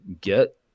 get